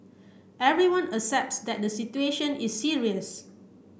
everyone accepts that the situation is serious